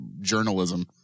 journalism